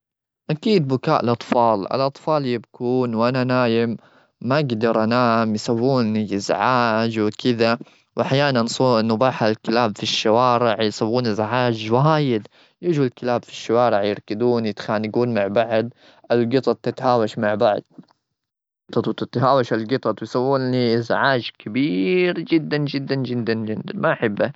أكيد، بكاء الأطفال-الأطفال يبكون وأنا نايم، ما أقدر أنام. يسوون لي إزعاج وكذا، وأحيانا صوت نباح الكلاب في الشوارع يسوون إزعاج وايد. يجوا الكلاب في الشوارع، يركدون، يتخانقون مع بعض، القطط تتهاوش مع بعض، ويسوون لي إزعاج كبير جدا-جدا-جدا، ما أحبه.